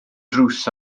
drws